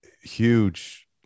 huge